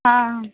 हां